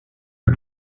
pas